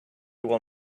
will